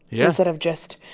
yeah. instead of just,